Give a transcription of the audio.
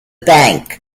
bank